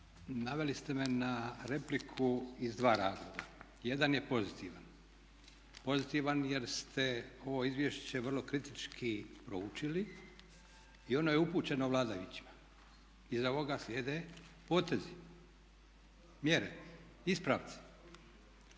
naveli ste me na repliku iz dva razloga. Jedan je pozitivan, pozitivan jer ste ovo izvješće vrlo kritički proučili i ono je upućeno vladajućima. Iza ovoga slijede potezi, mjere, ispravci.